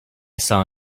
saw